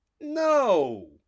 no